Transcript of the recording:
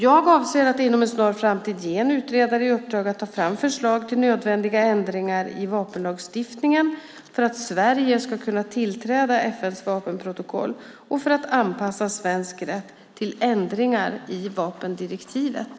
Jag avser att inom en snar framtid ge en utredare i uppdrag att ta fram förslag till nödvändiga ändringar i vapenlagstiftningen för att Sverige ska kunna tillträda FN:s vapenprotokoll och för att anpassa svensk rätt till ändringarna i vapendirektivet.